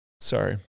sorry